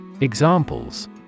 Examples